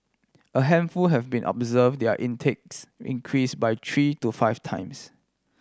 a handful have even observe their intakes increase by three to five times